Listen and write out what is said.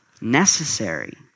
necessary